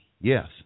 Yes